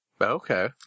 Okay